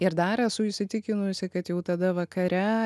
ir dar esu įsitikinusi kad jau tada vakare